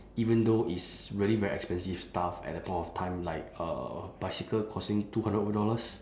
even though it's really very expensive stuff at the point of time like a bicycle costing two hundred over dollars